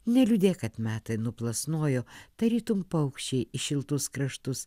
neliūdėk kad metai nuplasnojo tarytum paukščiai į šiltus kraštus